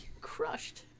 Crushed